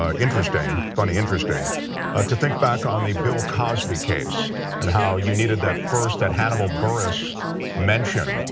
ah interesting, funny interesting to think back on the bill cosby case and how you needed that first, that hannibal burress mentioned,